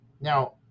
Now